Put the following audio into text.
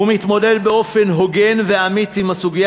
ומתמודד באופן הוגן ואמיץ עם הסוגיה